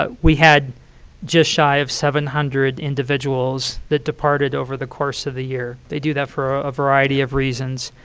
but we had just shy of seven hundred individuals that departed over the course of the year. they do that for a variety of reasons.